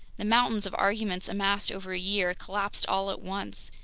the mountains of arguments amassed over a year collapsed all at once,